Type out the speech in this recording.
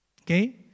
Okay